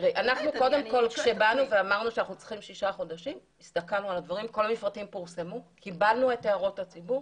העברנו והם לא פורסמו להערות הציבור.